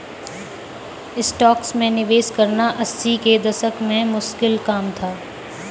stocks में निवेश करना अस्सी के दशक में मुश्किल काम था